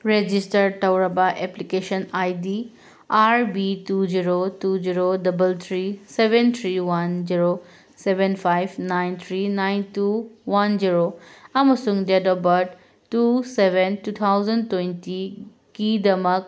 register ꯇꯧꯔꯕ application I D R B two zero two zero double three seven three one zero seven five nine three nine two one zero ꯑꯃꯁꯨꯡ date of birth two seven two thousand ꯇ꯭ꯋꯦꯟꯇꯤꯒꯤꯗꯃꯛ